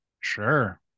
sure